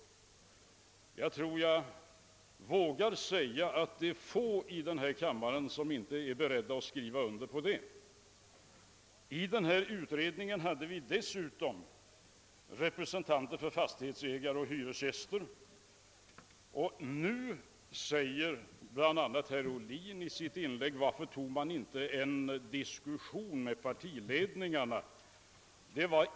Jag tror att jag vågar säga att det är få i denna kammare som inte är beredda att skriva under härpå. I denna utredning fanns dessutom representanter för fastighetsägare och hyresgäster. Nu frågar emellertid herr Ohlin i sitt inlägg bl.a. varför vi inte tog en diskussion med partiledningarna.